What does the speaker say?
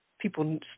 people